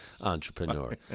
entrepreneur